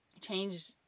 change